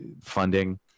funding